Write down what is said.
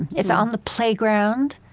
it's on the playground.